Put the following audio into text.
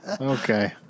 Okay